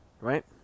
Right